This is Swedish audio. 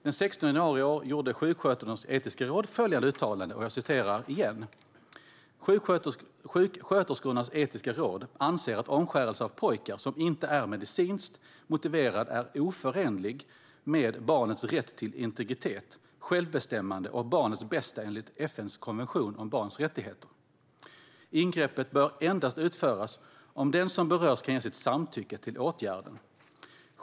Den 16 januari i år gjorde Sjuksköterskornas etiska råd följande uttalande: "Sjuksköterskornas etiska råd anser att omskärelse av pojkar som inte är medicinskt motiverad är oförenlig med barnets rätt till integritet, självbestämmande och barnets bästa enligt FN:s konvention om barns rättigheter. Ingreppet bör endast utföras om den som berörs kan ge sitt samtycke till åtgärden.